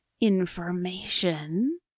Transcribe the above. information